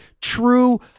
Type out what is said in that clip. true